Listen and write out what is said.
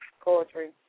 poetry